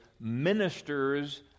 ministers